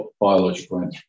Biological